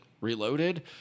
Reloaded